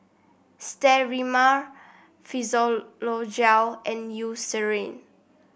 Sterimar Physiogel and Eucerin